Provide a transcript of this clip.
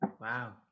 Wow